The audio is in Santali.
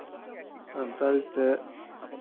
ᱥᱟᱱᱛᱟᱲᱤ ᱛᱮ